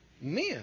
men